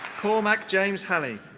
cormac james halley.